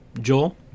Joel